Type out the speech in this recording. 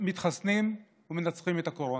מתחסנים ומנצחים את הקורונה.